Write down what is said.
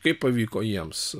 kaip pavyko jiems